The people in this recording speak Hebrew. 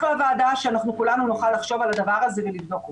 לוועדה שאנחנו כולנו נוכל לחשוב על הדבר הזה ולבדוק אותו.